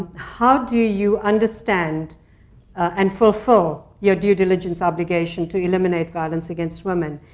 how do you understand and fulfill your due diligence obligation to eliminate violence against women?